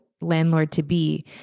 landlord-to-be